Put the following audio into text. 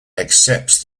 accepts